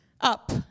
up